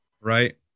Right